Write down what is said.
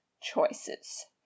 choices